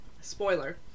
spoiler